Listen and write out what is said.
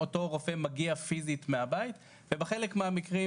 אותו הרופא מגיע פיזית מהבית ובחלק מהמקרים